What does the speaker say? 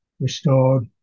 restored